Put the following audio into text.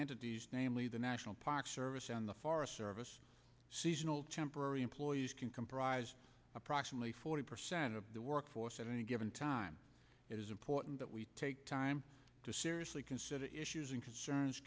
entities namely the national park service and the forest service seasonal temporary employees can comprise approximately forty percent of the workforce at any given time it is important that we take time to seriously consider the issues and concerns